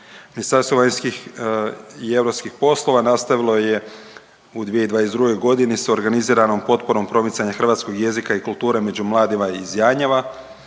Ministarstvo vanjskih i europskih poslova nastavilo je u 2022. godini s organiziranom potporom promicanja hrvatskog jezika i kulture među mladima iz Janjeva.